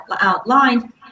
outlined